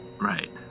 right